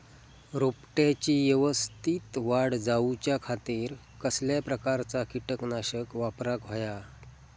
रोपट्याची यवस्तित वाढ जाऊच्या खातीर कसल्या प्रकारचा किटकनाशक वापराक होया?